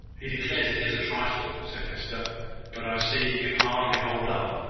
he declares it is a trifle, said hester but i see he can hardly hold up.